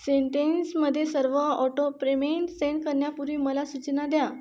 सिंटेन्समध्ये सर्व ऑटोप्रेमें सेंट करण्यापूर्वी मला सूचना द्या